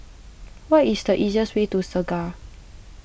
what is the easiest way to Segar